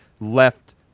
left